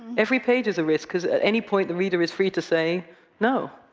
every page is a risk, because at any point the reader is free to say no.